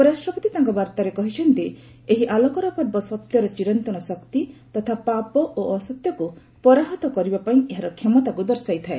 ଉପରାଷ୍ଟ୍ରପତି ତାଙ୍କ ବାର୍ତ୍ତାରେ କହିଛନ୍ତି ଏହି ଆଲୋକର ପର୍ବ ସତ୍ୟର ଚିରନ୍ତନ ଶକ୍ତି ତଥା ପାପ ଓ ଅସତ୍ୟକୁ ପରାହତ କରିବା ପାଇଁ ଏହାର କ୍ଷମତାକ୍ ଦର୍ଶାଇଥାଏ